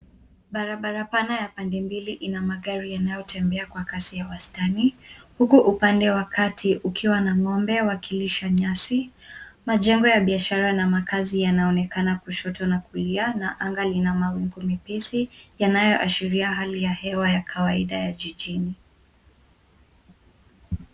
Barabara pana ya pande mbili ina magari yanayotembea kwa kasi ya wastani huku upande wa kati ukiwa na ng'ombe wakilisha nyasi. Majengo ya biashara na makazi yanaonekana kushoto na kulia na anga lina mawingu mepesi yanayoashiria hali ya hewa ya kawaida ya jijini.